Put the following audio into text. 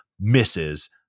misses